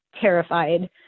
terrified